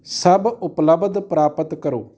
ਸਭ ਉਪਲੱਬਧ ਪ੍ਰਾਪਤ ਕਰੋ